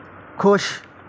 ਖੁਸ਼